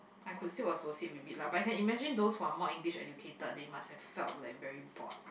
I could still associate with it lah but I can imagine those who are more English educated they must have felt like very bored